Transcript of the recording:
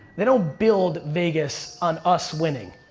they don't build vegas on us winning.